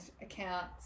accounts